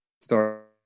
start